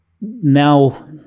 Now